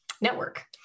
network